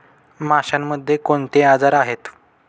माशांमध्ये कोणते आजार आहेत?